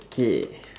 K